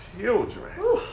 children